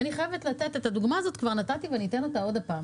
ואני חייבת לתת את הדוגמה הזאת נתתי ואתן אותה שוב.